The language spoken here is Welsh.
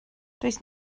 does